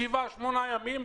שבעה שמונה ימים,